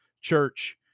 church